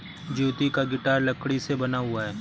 ज्योति का गिटार लकड़ी से बना हुआ है